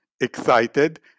excited